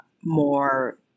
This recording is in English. more